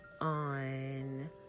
on